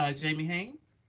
ah jamie haynes.